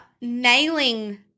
nailing